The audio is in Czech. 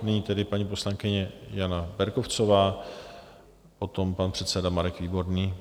Nyní tedy paní poslankyně Jana Berkovcová, potom pan předseda Marek Výborný.